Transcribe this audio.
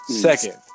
Second